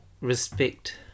Respect